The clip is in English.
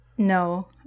No